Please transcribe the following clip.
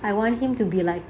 I want him to be like